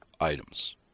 items